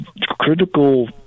critical